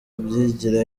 myigire